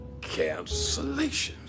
cancellations